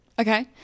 Okay